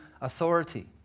authority